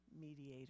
mediator